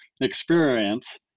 experience